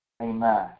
Amen